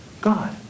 God